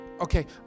okay